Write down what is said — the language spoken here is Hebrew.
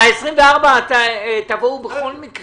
על ה-24 תבואו בכל מקרה.